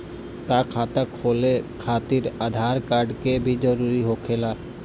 का खाता खोले खातिर आधार कार्ड के भी जरूरत होखेला?